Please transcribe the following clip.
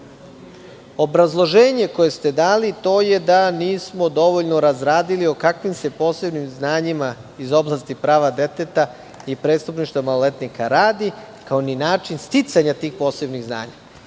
zakonu? Obrazloženje koje ste dali je da nismo dovoljno razradili o kakvim se posebnim znanjima iz oblasti prava deteta i prestupništva maloletnika radi, kao ni način sticanja tih posebnih znanja.